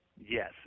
yes